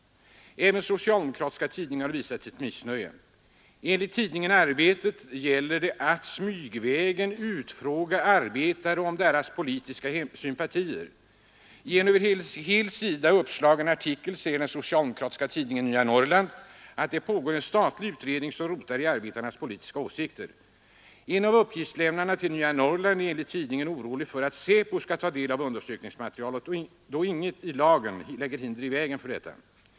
Även socialdemokratiska tidningar har visat sitt missnöje. Enligt tidningen Arbetet gäller det att smygvägen utfråga arbetare om deras politiska sympatier. I en över hela sidan uppslagen artikel säger den socialdemokratiska tidningen Nya Norrland att det pågår en ”statlig utredning som rotar i arbetarnas politiska åsikter”. En av uppgiftslämnarna till Nya Norrland är enligt tidningen orolig för att SÄPO skall få ta del av undersökningsmaterialet, då inget i lagen lägger hinder i vägen för detta.